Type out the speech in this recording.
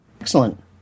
Excellent